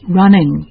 running